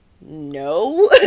no